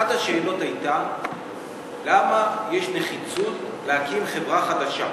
אחת השאלות הייתה למה יש נחיצות בחברה חדשה.